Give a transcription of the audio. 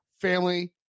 family